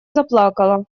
заплакала